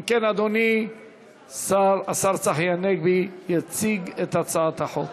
אם כן, אדוני השר צחי הנגבי יציג את הצעת החוק.